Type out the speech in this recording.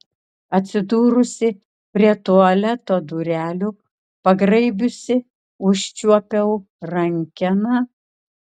atsidūrusi prie tualeto durelių pagraibiusi užčiuopiau rankeną